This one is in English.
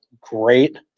great